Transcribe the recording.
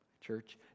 church